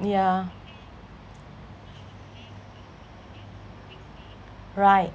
yeah right